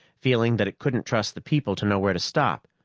feeling that it couldn't trust the people to know where to stop.